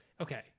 okay